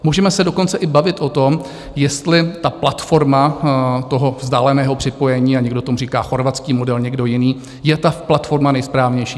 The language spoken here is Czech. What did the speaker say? Můžeme se dokonce i bavit o tom, jestli ta platforma vzdáleného připojení a někdo tomu říká chorvatský model, někdo jiný je ta platforma nejsprávnější.